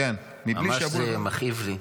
ממש זה מכאיב לי,